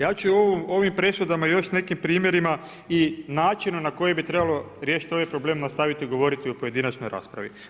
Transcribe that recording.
Ja ću o ovim presudama i još nekim primjerima i načinu na koji bi trebalo riješiti ovaj problem nastaviti govoriti u pojedinačnoj raspravi.